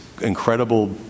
incredible